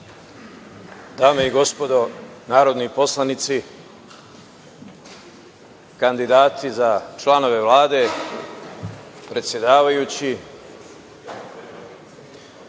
Dame i gospodo narodni poslanici, kandidati za članove Vlade, predsedavajući,